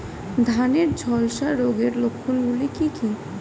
ধানের ঝলসা রোগের লক্ষণগুলি কি কি?